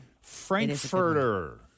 Frankfurter